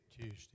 Tuesday